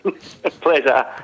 Pleasure